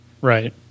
right